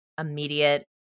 immediate